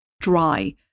dry